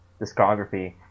discography